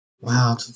Wow